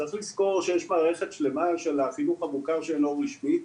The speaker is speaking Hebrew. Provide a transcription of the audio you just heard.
צריך לזכור שיש מערכת שלמה של החינוך המוכר שאינו רשמי,